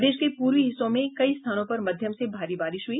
प्रदेश के पूर्वी हिस्सों में कई स्थानों पर मध्यम से भारी बारिश हुई